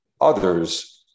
others